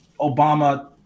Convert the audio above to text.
Obama